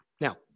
Now